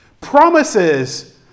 promises